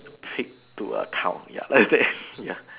pig to a cow ya like that ya